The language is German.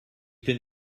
bin